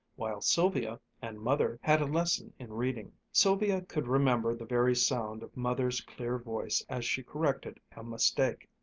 while sylvia and mother had a lesson in reading. sylvia could remember the very sound of mother's clear voice as she corrected a mistake.